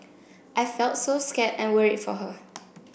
I felt so scared and worried for her